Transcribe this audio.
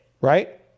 right